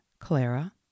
Clara